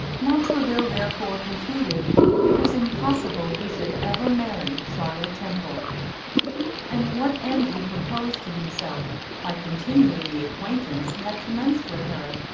montraville therefore concluded it was impossible he should ever marry charlotte temple and what end he proposed to himself by continuing the acquaintance he had commenced with her,